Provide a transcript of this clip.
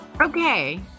Okay